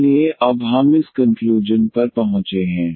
इसलिए अब हम इस कंक्लूजन पर पहुंचे हैं